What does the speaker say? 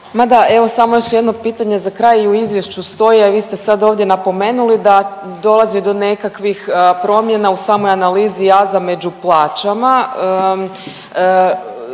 evo samo još jedno pitanje za kraj, i u izvješću stoje, a vi ste sad ovdje napomenuli da dolazi do nekakvih promjena u samoj analizi jaza među plaćama.